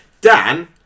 Dan